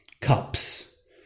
cups